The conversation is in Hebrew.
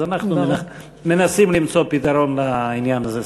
אז אנחנו מנסים למצוא פתרון לעניין הזה.